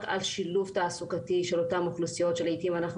על שילוב תעסוקתי של אותן אוכלוסיות שלעיתים אנחנו